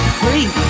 free